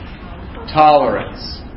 tolerance